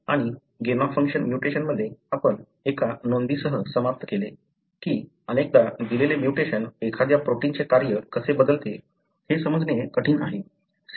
आणि gain of function म्युटेशनमध्ये आपण एका नोंदीसह समाप्त केले की अनेकदा दिलेले म्युटेशन एखाद्या प्रोटिनचे कार्य कसे बदलते हे समजणे कठीण आहे